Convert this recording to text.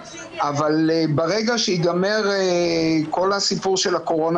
אבל ברגע שייגמר כל הסיפור של הקורונה